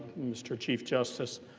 mr. chief justice.